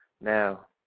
Now